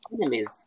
enemies